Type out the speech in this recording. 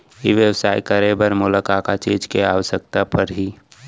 ई व्यवसाय करे बर मोला का का चीज के आवश्यकता परही?